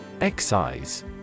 Excise